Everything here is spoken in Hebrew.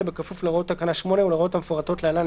בכפוף להוראות תקנה 8 ולהוראות המפורטות להלן,